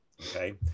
Okay